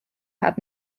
had